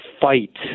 fight